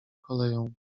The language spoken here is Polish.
koleją